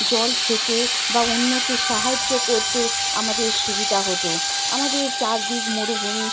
জল খেতে বা অন্যকে সাহায্য করতে আমাদের সুবিধা হতো আমাদের চারদিক মরুভূমি